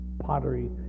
pottery